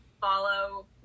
follow